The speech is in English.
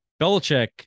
Belichick